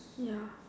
ya